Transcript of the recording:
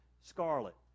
scarlet